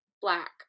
black